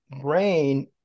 brain